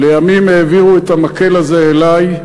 לימים העבירו את המקל הזה אלי,